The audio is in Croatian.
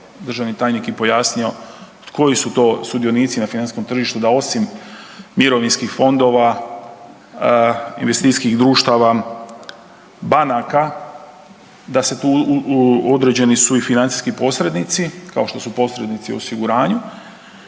državni tajnik i pojasnio koji su to sudionici na financijskom tržištu da osim mirovinskih fondova, investicijskih društava, banaka, da se tu, određeni su i financijski posrednici, kao što su posrednici u osiguranju,